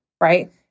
right